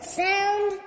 sound